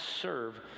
serve